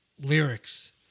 lyrics